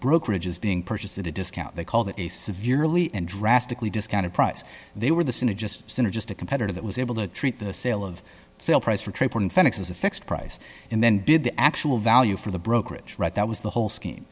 brokerage is being purchased at a discount they call that a severely and drastically discounted price they were this in a just synergistic competitor that was able to treat the sale of sale price for trade in phenix as a fixed price and then bid the actual value for the brokerage right that was the whole scheme